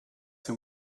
him